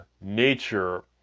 nature